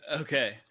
okay